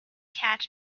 catch